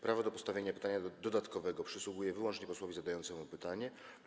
Prawo do postawienia pytania dodatkowego przysługuje wyłącznie posłowi zadającemu pytanie.